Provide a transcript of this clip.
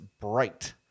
bright